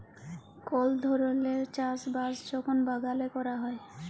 call ধরলের চাষ বাস যখল বাগালে ক্যরা হ্যয়